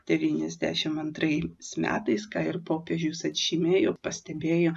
devyniasdešimt antrais metais ką ir popiežius atžymėjo pastebėjo